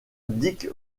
dick